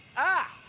ah!